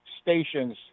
stations